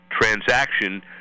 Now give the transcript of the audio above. transaction